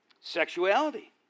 Sexuality